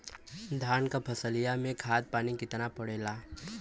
धान क फसलिया मे खाद पानी कितना पड़े ला?